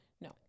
no